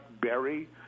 Berry